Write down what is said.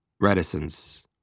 reticence